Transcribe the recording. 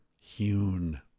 Hewn